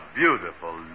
beautiful